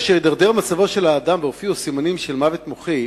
כאשר הידרדר מצבו של האדם והופיעו סימנים של מוות מוחי,